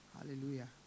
Hallelujah